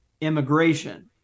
immigration